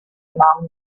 among